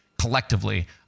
collectively